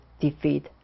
defeat